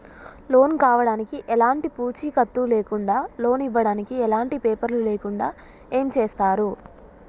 Loan కావడానికి ఎలాంటి పూచీకత్తు లేకుండా లోన్ ఇవ్వడానికి ఎలాంటి పేపర్లు లేకుండా ఏం చేస్తారు?